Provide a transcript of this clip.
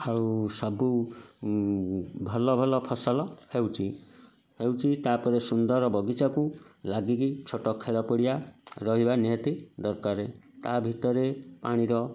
ଆଉ ସବୁ ଭଲ ଭଲ ଫସଲ ହେଉଛି ହେଉଛି ତା'ପରେ ସୁନ୍ଦର ବଗିଚାକୁ ଲାଗିକି ଛୋଟ ଖେଳ ପଡ଼ିଆ ରହିବା ନିହାତି ଦରକାର ତା ଭିତରେ ପାଣିର